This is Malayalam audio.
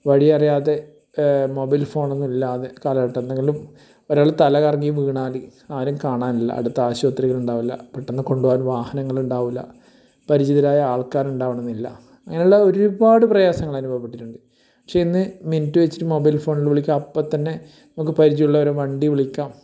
വഴിയറിയാതെ മൊബൈൽ ഫോൺ ഒന്നും ഇല്ലാതെ കാലഘട്ടം ഏതെങ്കിലും ഒരാൾ തലകറങ്ങി വീണാൽ ആരും കാണാനില്ല അടുത്ത് ആശുപത്രികളുണ്ടാവില്ല പെട്ടെന്ന് കൊണ്ട് പോവാൻ വാഹനങ്ങളുണ്ടാവില്ല പരിചിതരായ ആൾക്കാർ ഉണ്ടാവണമെന്നില്ല അങ്ങനെയുള്ള ഒരുപാട് പ്രയാസങ്ങൾ അനുഭവപ്പെട്ടിട്ടുണ്ട് പക്ഷേ ഇന്ന് മിനിറ്റ് വച്ചിട്ട് മൊബൈൽ ഫോണിൽ വിളിക്കും അപ്പോൾ തന്നെ നമുക്ക് പരിചയമുള്ളവരെ വണ്ടി വിളിക്കാം